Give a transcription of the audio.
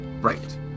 Right